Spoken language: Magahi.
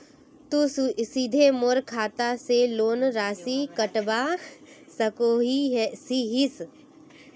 तुई सीधे मोर खाता से लोन राशि कटवा सकोहो हिस?